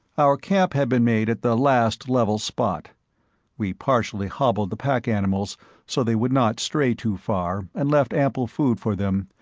our camp had been made at the last level spot we partially hobbled the pack animals so they would not stray too far, and left ample food for them,